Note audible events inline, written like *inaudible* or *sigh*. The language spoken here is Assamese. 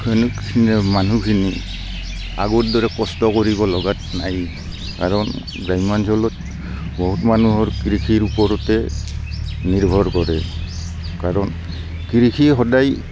*unintelligible* মানুহখিনি আগৰ দৰে কষ্ট কৰিব লগাত নাই কাৰণ গ্ৰাম্যাঞ্চলত বহুত মানুহৰ কৃষিৰ ওপৰতে নিৰ্ভৰ কৰে কাৰণ কৃষি সদাই